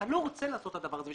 אתה לא רוצה לעשות את הדבר הזה.